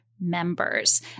members